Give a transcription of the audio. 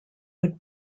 would